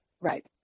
Right